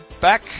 back